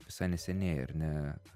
visai neseniai ar ne